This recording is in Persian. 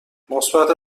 مثبت